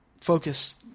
focus